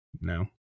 No